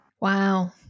Wow